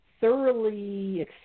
thoroughly